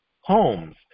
homes